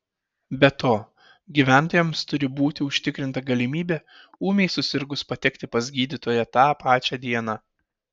be to gyventojams turi būti užtikrinta galimybė ūmiai susirgus patekti pas gydytoją tą pačią dieną